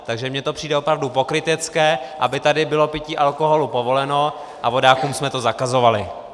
Takže mně to přijde opravdu pokrytecké, aby tady bylo pití alkoholu povoleno a vodákům bychom to zakazovali.